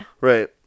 Right